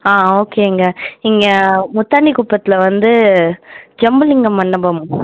ஆ ஓகேங்க இங்கே முத்தானி குப்பத்தில் வந்து ஜம்புலிங்கம் மண்டபம்